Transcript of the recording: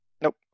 Nope